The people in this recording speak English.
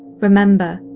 remember,